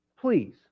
please